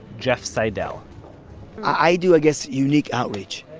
jeff seidel i do i guess unique outreach.